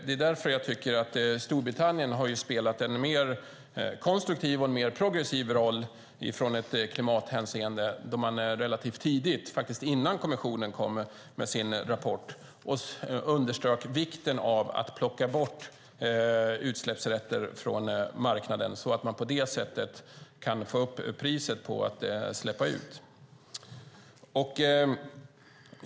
Det är därför jag tycker att Storbritannien har spelat en mer konstruktiv och progressiv roll i klimathänseende; relativt tidigt, innan kommissionen kom med sin rapport, underströk man vikten av att plocka bort utsläppsrätter från marknaden för att på det sättet få upp priset på utsläpp.